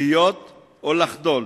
להיות או לחדול,